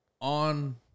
on